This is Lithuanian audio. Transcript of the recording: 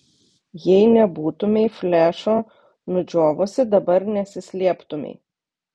jei nebūtumei flešo nudžiovusi dabar nesislėptumei